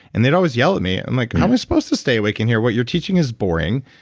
and they'd always yell at me. i'm like, how am i supposed to stay awake in here? what you're teaching is boring,